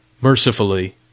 Mercifully